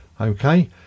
okay